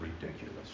ridiculous